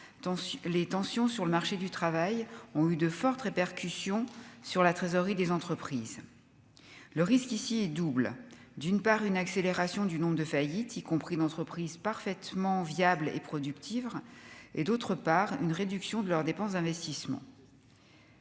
les tensions sur le marché du travail ont eu de fortes répercussions sur la trésorerie des entreprises le risque ici est double : d'une part, une accélération du nombre de faillites, y compris d'entreprise parfaitement viable et productive, et, d'autre part une réduction de leurs dépenses d'investissement.